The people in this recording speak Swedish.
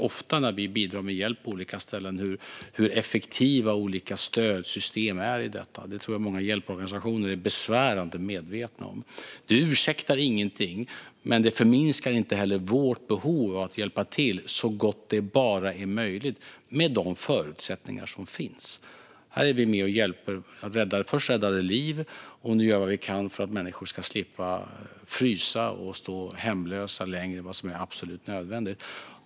Ofta när vi bidrar med hjälp på olika ställen ser vi hur effektiva olika stödsystem är, och jag tror att många hjälporganisationer är besvärande medvetna om bristerna. Det ursäktar ingenting, men det förminskar inte heller behovet av att vi hjälper till så gott det bara är möjligt med de förutsättningar som finns. Vi var först med och räddade liv, och nu gör vi vad vi kan för att människor ska slippa frysa och stå hemlösa längre än vad som är absolut nödvändigt.